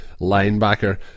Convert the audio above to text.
linebacker